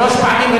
שלוש פעמים.